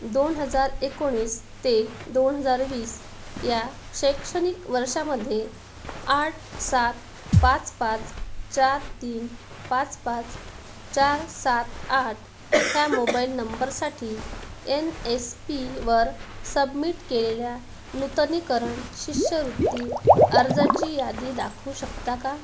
दोन हजार एकोणीस ते दोन हजार वीस या शैक्षणिक वर्षामध्ये आठ सात पाच पाच चार तीन पाच पाच चार सात आठ ह्या मोबाईल नंबरसाठी एन एस पीवर सबमिट केलेल्या नूतनीकरण शिष्यवृत्ती अर्जाची यादी दाखवू शकता का